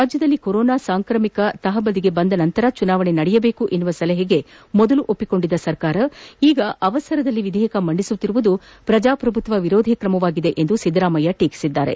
ರಾಜ್ಯದಲ್ಲಿ ಕೊರೋನಾ ಸಾಂಕ್ರಾಮಿಕ ತಹಬದಿಗೆ ಬಂದ ನಂತರ ಜುನಾವಣೆ ನಡೆಸಬೇಕು ಎನ್ನುವ ಸಲಹೆಗೆ ಮೊದಲು ಒಪ್ಪಿಕೊಂಡಿದ್ದ ಸರ್ಕಾರ ಈಗ ತರಾತುರಿಯಲ್ಲಿ ವಿಧೇಯಕ ಮಂಡಿಸುತ್ತಿರುವುದು ಪ್ರಜಾಪ್ರಭುತ್ವ ವಿರೋಧಿ ಕ್ರಮವಾಗಿದೆ ಎಂದು ಅವರು ಟೀಟಿಸಿದರು